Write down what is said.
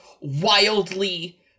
wildly